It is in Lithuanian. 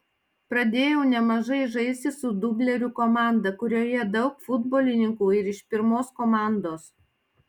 pradėjau nemažai žaisti su dublerių komanda kurioje daug futbolininkų ir iš pirmos komandos